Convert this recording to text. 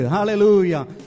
Hallelujah